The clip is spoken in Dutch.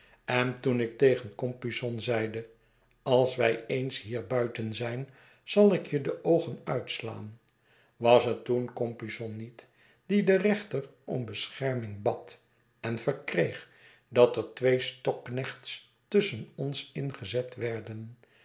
en toen ik tegen compeyson zeide als wij eens hier buiten zijn zal ik je de oogen uitslaan was het toen compeyson niet die den reenter om bescherming bad en verkreeg dat er twee stokkeknechts tusschen ons in gezet werden